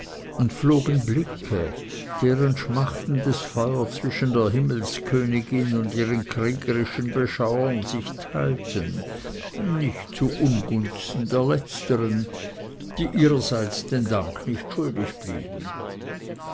und flogen blicke deren schmachtendes feuer zwischen der himmelskönigin und ihren kriegerischen beschauern sich teilten nicht zuungunsten der letztern die ihrerseits den dank nicht schuldig blieben